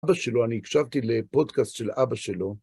אבא שלו, אני הקשבתי לפודקאסט של אבא שלו.